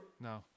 No